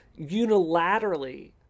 unilaterally